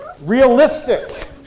realistic